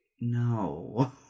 No